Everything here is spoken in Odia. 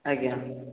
ଆଜ୍ଞା